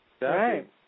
Right